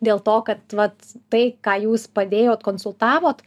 dėl to kad vat tai ką jūs padėjot konsultavot